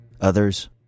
others